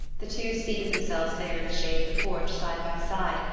the two seated themselves there in the shade of the porch, side by side,